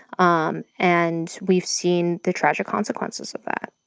um and we've seen the tragic consequences of that.